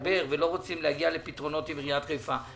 לדבר ולהגיע לפתרונות עם עיריית חיפה,